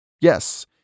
Yes